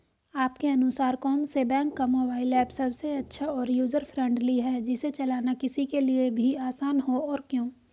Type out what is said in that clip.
आपके अनुसार कौन से बैंक का मोबाइल ऐप सबसे अच्छा और यूजर फ्रेंडली है जिसे चलाना किसी के लिए भी आसान हो और क्यों?